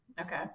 Okay